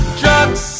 drugs